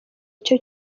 icyo